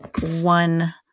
one